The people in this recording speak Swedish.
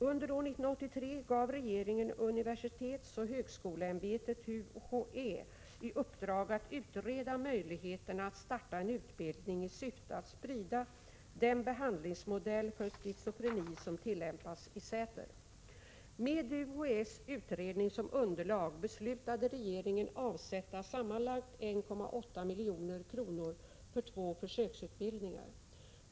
Under år 1983 gav regeringen universitetsoch högskoleämbetet i uppdrag att utreda möjligheterna att starta en utbildning i syfte att sprida den modell för behandling av schizofreni som tillämpas i Säter. Med UHÄ:s utredning som underlag beslutade regeringen att avsätta sammanlagt 1,8 milj.kr. för två försöksutbildningar.